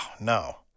no